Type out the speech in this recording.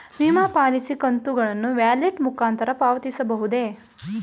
ವಿಮಾ ಪಾಲಿಸಿ ಕಂತುಗಳನ್ನು ವ್ಯಾಲೆಟ್ ಮುಖಾಂತರ ಪಾವತಿಸಬಹುದೇ?